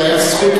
היית עושה,